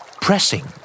Pressing